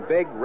Big